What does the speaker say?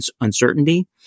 uncertainty